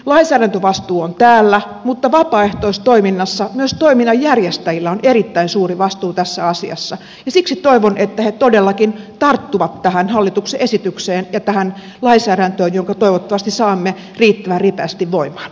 lainsäädäntövastuu on täällä mutta vapaaehtoistoiminnassa myös toiminnan järjestäjillä on erittäin suuri vastuu tässä asiassa ja siksi toivon että he todellakin tarttuvat tähän hallituksen esitykseen ja tähän lainsäädäntöön jonka toivottavasti saamme riittävän ripeästi voimaan